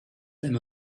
them